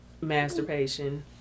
masturbation